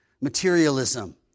materialism